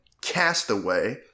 Castaway